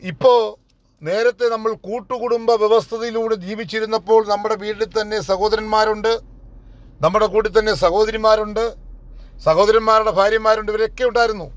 ഇപ്പോൾ നേരത്തെ നമ്മൾ കൂട്ടുകുടുംബ വ്യവസ്ഥതയിലൂടെ ജീവിച്ചിരുന്നപ്പോൾ നമ്മുടെ വീടിൽ തന്നെ സഹോദരന്മാരുണ്ട് നമ്മുടെ കൂടെ തന്നെ സഹോദരിമാരുണ്ട് സഹോദരന്മാരുടെ ഭാര്യമാരുണ്ട് ഇവരൊക്കെ ഉണ്ടായിരുന്നു